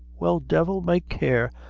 well, devil may care!